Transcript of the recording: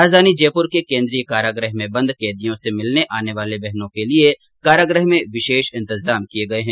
राजधानी जयपुर के केन्द्रीय काराग्रह में बंद कैदियों से मिलने आने वाली बहनों के लिए काराग्रह में विशेष इन्तजाम किए गए है